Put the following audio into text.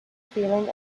feeling